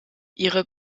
ihre